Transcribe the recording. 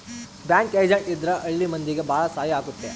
bank agent ಇದ್ರ ಹಳ್ಳಿ ಮಂದಿಗೆ ಭಾಳ ಸಹಾಯ ಆಗುತ್ತೆ